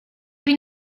been